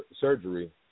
surgery